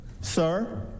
sir